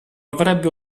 avrebbe